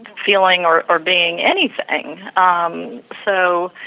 feeling or or being anything. um so,